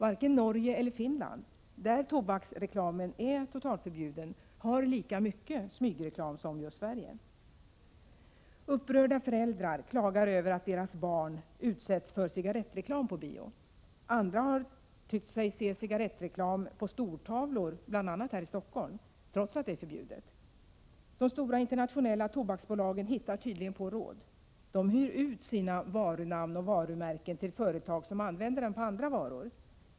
Varken Norge eller Finland, där tobaksreklamen är totalförbjuden, har lika mycket smygreklam som Sverige. Upprörda föräldrar klagar över att deras barn utsätts för cigarettreklam på bio. Andra har tyckt sig se cigarettreklam på stortavlor i bl.a. Stockholm trots att det är förbjudet. De stora internationella tobaksbolagen hittar tydligen på råd. De ”hyr ut” sina varunamn och varumärken till företag som använder dem på andra varor.